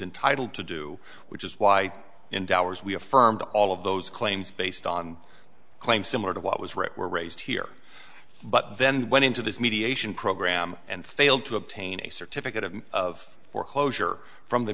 intitled to do which is why in dollars we affirmed all of those claims based on claims similar to what was right were raised here but then went into this mediation program and failed to obtain a certificate of of foreclosure from the